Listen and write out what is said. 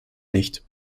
nicht